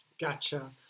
gotcha